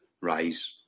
Rise